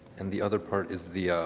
and the other part is the